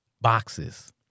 boxes